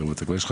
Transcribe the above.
כי יש לך